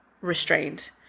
restrained